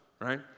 right